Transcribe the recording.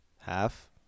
half